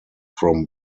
from